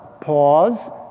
pause